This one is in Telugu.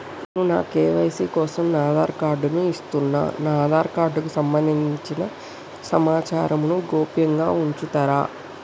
నేను నా కే.వై.సీ కోసం నా ఆధార్ కార్డు ను ఇస్తున్నా నా ఆధార్ కార్డుకు సంబంధించిన సమాచారంను గోప్యంగా ఉంచుతరా?